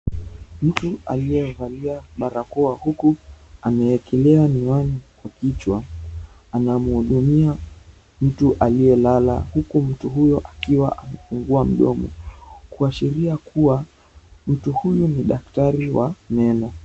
Mtu aliyevalia barakoa huku ameekelea miwani kwa kichwa anamhudumia mtu aliyelala huku mtu huyo akiwa amefungua mdomo kuashiria kuwa mtu huyu ni daktari wa meno.